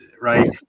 right